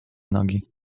nogi